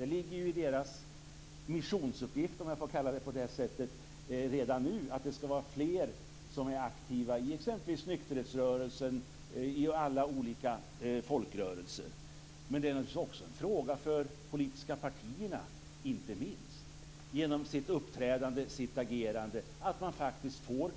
Det ligger i deras missionsuppgift - om jag får uttrycka mig så - att fler skall vara aktiva i t.ex. nykterhetsrörelsen och andra folkrörelser. Men detta är inte minst en fråga för de politiska partierna, nämligen genom uppträdande, agerande och de